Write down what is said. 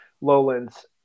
lowlands